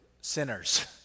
sinners